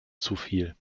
zufiel